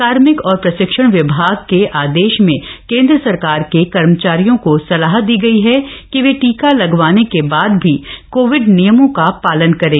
कार्मिक और प्रशिक्षण विभाग के आदेश में केन्द्र सरकार के कमर्चारियों को सलाह दी गई है कि वे टीका लगवाने के बाद भी कोविड नियमों का पालन करें